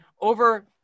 over